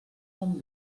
bon